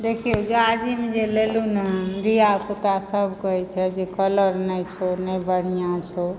देखियौ जाजिम जे लेलु नऽ धिया पुता सब कहै छै जे कलर नै छौ नै बढ़िया छौ